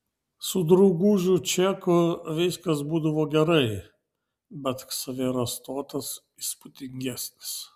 su draugužiu čeku viskas būdavo gerai bet ksavero stotas įspūdingesnis